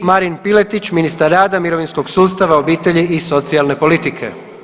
I Marin Piletić, ministar rada, mirovinskog sustava, obitelji i socijalne politike.